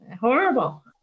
Horrible